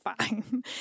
fine